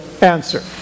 answer